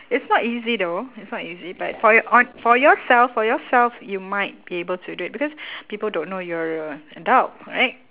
it's not easy though it's not easy but for your on for yourself for yourself you might be able to do it because people don't know you're a adult right